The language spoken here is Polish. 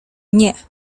nie